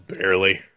barely